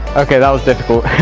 okay, that was difficult.